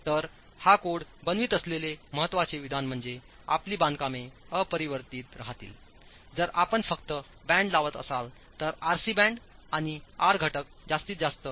तर हा कोड बनवित असलेले महत्त्वाचे विधान म्हणजे आपली बांधकामे अपरिवर्तित राहतील जर आपण फक्त बॅन्ड लावत असाल तरआरसी बँड आणि आर घटक जास्तीत जास्त 2